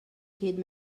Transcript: kid